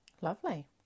lovely